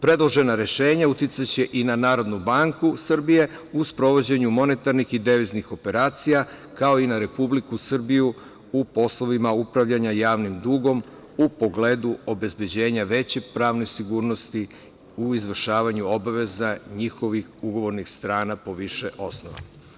Predložena rešenja uticaće i na NBS u sprovođenju monetarnih i deviznih operacija, kao i na Republiku Srbiju u poslovima upravljanja javnim dugom u pogledu obezbeđenja veće pravne sigurnosti u izvršavanju obaveza njihovih ugovornih strana po više osnova.